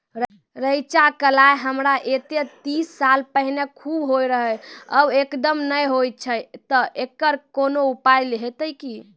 रेचा, कलाय हमरा येते तीस साल पहले खूब होय रहें, अब एकदम नैय होय छैय तऽ एकरऽ कोनो उपाय हेते कि?